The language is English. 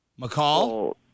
McCall